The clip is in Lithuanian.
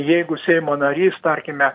jeigu seimo narys tarkime